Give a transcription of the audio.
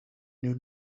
knew